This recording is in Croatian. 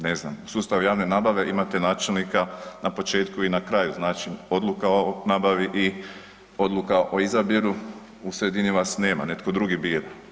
Ne znam, sustav javne nabave imate načelnika na početku i na kraju, znači odluka o nabavi i odluka o izabiru, u sredini vas nema, netko drugi bira.